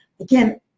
again